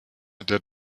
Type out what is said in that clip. der